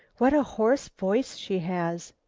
what a hoarse voice she has.